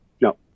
No